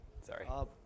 sorry